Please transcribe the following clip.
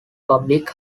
public